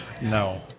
No